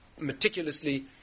meticulously